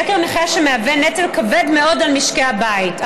יוקר מחיה שמהווה נטל כבד מאוד על משקי הבית.